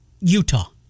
Utah